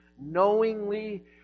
knowingly